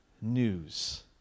news